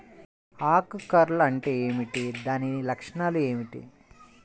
ఆకు కర్ల్ అంటే ఏమిటి? దాని లక్షణాలు ఏమిటి?